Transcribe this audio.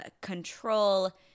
control